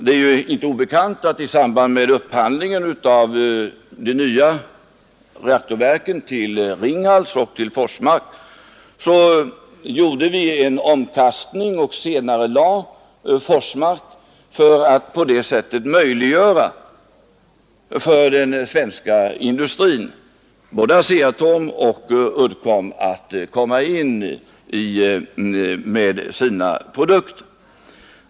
Det är ju inte obekant att vi i samband med upphandlingen av de nya reaktorverken till Ringhals och Forsmark gjorde en omkastning och senarelade Forsmark för att på det sättet möjliggöra för den svenska industrin — både ASEA-Atom och Uddcomb — att komma in med sina produkter.